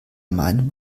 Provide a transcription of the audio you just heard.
meinem